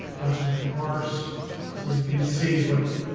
western horse so you can see what